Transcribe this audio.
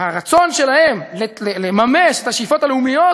הרצון שלהם לממש את השאיפות הלאומיות